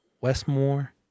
Westmore